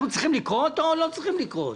צריכים לקרוא אותה או לא צריכים לקרוא אותה?